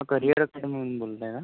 career ॲकेडमीमधून बोलताय ना